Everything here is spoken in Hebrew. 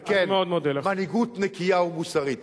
וכן, מנהיגות נקייה ומוסרית?